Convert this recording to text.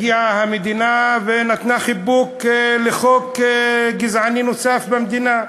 הגיעה המדינה ונתנה חיבוק לחוק גזעני נוסף במדינה,